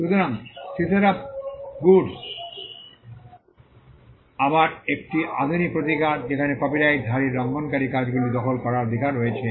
সুতরাং seizure of goods আবার একটি আধুনিক প্রতিকার যেখানে কপিরাইট ধারীর লঙ্ঘনকারী কাজগুলি দখল করার অধিকার রয়েছে